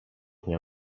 dnia